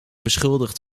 beschuldigd